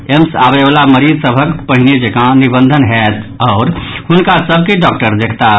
AIIMS आबय वला मरीज सभक पहिने जकॉ निबंधन होयत आओर हुनका सभ के डॉक्टर देखताह